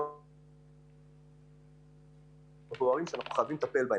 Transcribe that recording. שיקולים אודות הדברים הבוערים שאנחנו חייבים לטפל בהם.